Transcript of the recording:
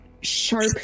sharp